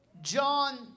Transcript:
John